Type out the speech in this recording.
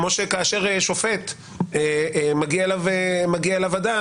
כמו שכאשר מגיע אדם לשופט,